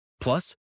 Plus